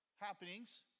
happenings